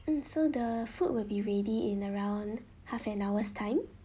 mm so the food will be ready in around half an hour's time